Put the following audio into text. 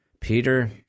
Peter